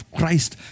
Christ